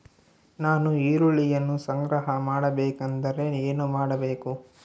ನಾನು ಈರುಳ್ಳಿಯನ್ನು ಸಂಗ್ರಹ ಮಾಡಬೇಕೆಂದರೆ ಏನು ಮಾಡಬೇಕು?